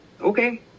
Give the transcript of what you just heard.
okay